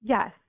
Yes